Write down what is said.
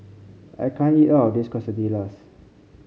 I can't eat all of this Quesadillas